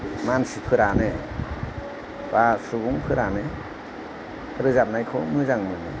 मानसिफोरानो बा सुबुं रोजाबनायखौ मोजां मोनो